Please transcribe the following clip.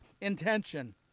intention